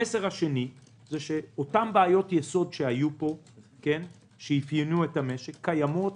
המסר השני הוא שאותן בעיות יסוד שהיו פה שאפיינו את המשק קיימות,